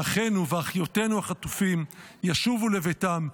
שאחינו ואחיותינו החטופים ישובו לביתם,